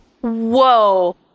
Whoa